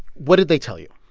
what did they tell you?